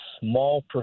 small